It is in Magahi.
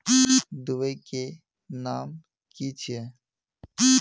दबाई के नाम की छिए?